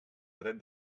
dret